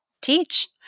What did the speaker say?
teach